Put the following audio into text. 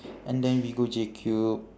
and then we go J cube